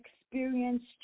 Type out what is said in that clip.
experienced